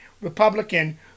Republican